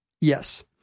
Yes